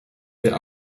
der